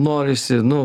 norisi nu